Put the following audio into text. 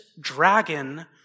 dragon